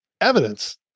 evidence